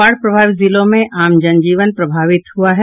बाढ़ प्रभावित जिलों में आम जन जीवन प्रभावित हुआ है